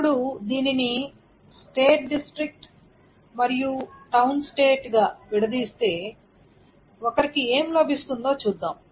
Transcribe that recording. ఇప్పుడు దీనిని state district మరియు టౌన్ స్టేట్ గా విడదీస్తే ఒకరికి ఏమి లభిస్తుందో చూద్దాం